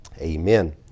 Amen